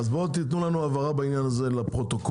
אז בואו תתנו לנו הבהרה בעניין הזה לפרוטוקול,